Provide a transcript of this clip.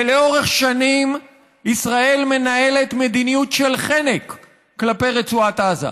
ולאורך שנים ישראל מנהלת מדיניות של חנק כלפי רצועת עזה.